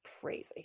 crazy